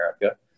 America